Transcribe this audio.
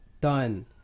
done